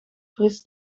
fris